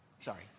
Sorry